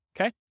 okay